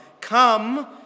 come